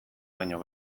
baino